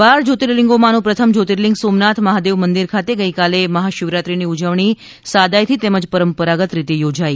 બાર જયોતિર્લિંગોમાંનું પ્રથમ જયોતિર્લિંગ સોમનાથ મહાદેવ મંદિર ખાતે ગઈકાલે મહાશિવરાત્રીની ઉજવણી સાદાઈથી તેમજ પરંપરાગત રીતે યોજાઈ